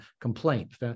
complaint